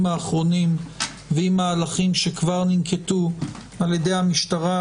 האחרונים ועם מהלכים שכבר ננקטו ע"י המשטרה,